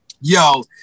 Yo